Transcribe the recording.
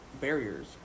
barriers